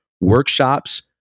workshops